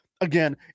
Again